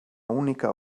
única